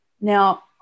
Now